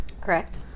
Correct